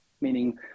meaning